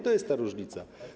To jest ta różnica.